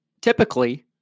Typically